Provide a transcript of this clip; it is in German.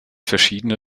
verschiedene